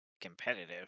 competitive